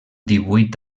divuit